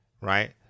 right